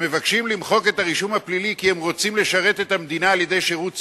ומבקשים למחוק את הרישום הפלילי כי הם רוצים לשרת את המדינה שירות צבאי.